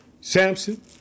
Samson